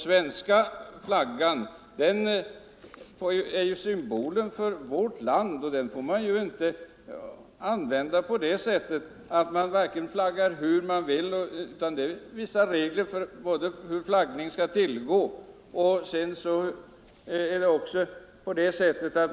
Svenska flaggan är ju symbolen för vårt land, och den får man inte använda så att man flaggar hur man vill. Det finns vissa regler för hur flaggning skall tillgå.